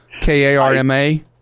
K-A-R-M-A